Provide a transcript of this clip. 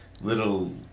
little